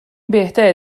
بهتره